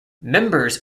members